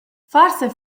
forsa